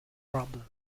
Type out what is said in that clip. problem